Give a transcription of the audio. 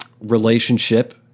relationship